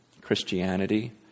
Christianity